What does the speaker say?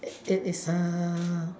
is is a